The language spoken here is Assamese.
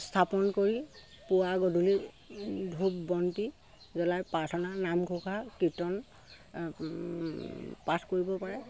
স্থাপন কৰি পুৱা গধূলি ভোগ বন্তি জলাই পাৰ্থনা নাম ঘোষা কীৰ্তন পাঠ কৰিব পাৰে